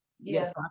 Yes